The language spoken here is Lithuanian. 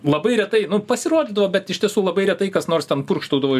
labai retai pasirodydavo bet iš tiesų labai retai kas nors ten purkštaudavo